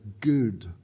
good